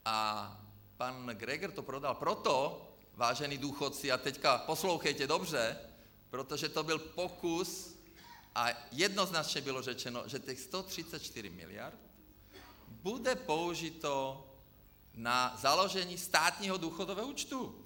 A pan Grégr to prodal proto, vážení důchodci, a teď poslouchejte dobře, protože to byl pokus, a jednoznačně bylo řečeno, že těch 134 mld. bude použito na založení státního důchodového účtu.